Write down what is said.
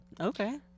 Okay